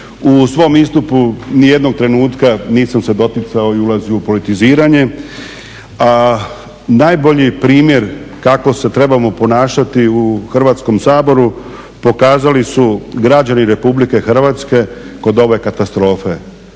U svom istupu ni jednog trenutka nisam se doticao i ulazio u politiziranje. A najbolji primjer kako se trebamo ponašati u Hrvatskom saboru pokazali su građani Republike Hrvatske kod ove katastrofe.